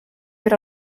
per